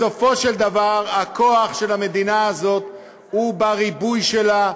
בסופו של דבר הכוח של המדינה הזאת הוא בריבוי שלה,